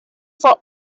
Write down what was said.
for